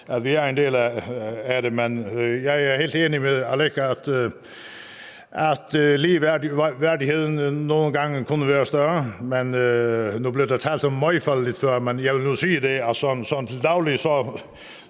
vi er en del af det. Men jeg er helt enig med fru Aleqa Hammond i, at ligeværdigheden nogle gange kunne være større. Nu blev der talt om møgfald lige før, men jeg vil sige, at til daglig